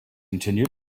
continued